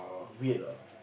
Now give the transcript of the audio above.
weird lah